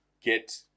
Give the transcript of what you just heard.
get